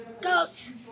Goats